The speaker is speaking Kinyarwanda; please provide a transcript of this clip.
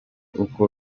uko